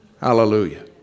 Hallelujah